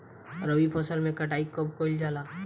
रबी फसल मे कटाई कब कइल जाला?